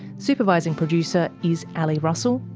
supervising producer is ali russell.